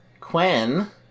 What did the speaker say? Quinn